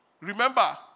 remember